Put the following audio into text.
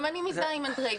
גם אני מזדהה עם אנדרי.